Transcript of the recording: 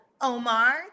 omar